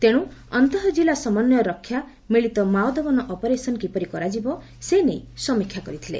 ତେଣ୍ ଅନ୍ତଃଜିଲ୍ଲା ସମନ୍ୱୟ ରକ୍ଷା ମିଳିତ ମାଓଦମନ ଅପରେସନ୍ କିପରି କରାଯିବ ସେ ନେଇ ସମୀକ୍ଷା କରିଥିଲେ